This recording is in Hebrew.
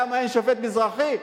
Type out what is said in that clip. למה אין שופט מזרחי?